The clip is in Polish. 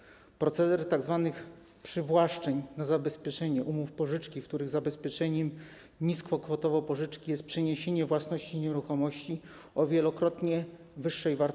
Kolejna rzecz to proceder tzw. przywłaszczeń na zabezpieczenie umów pożyczki, w których zabezpieczeniem niskiej kwotowo pożyczki jest przeniesienie własności nieruchomości o wielokrotnie wyższej wartości.